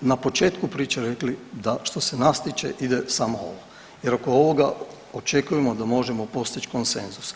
na početku priče rekli da što se nas tiče ide samo ovo jer oko ovoga očekujemo da možemo postići konsenzus.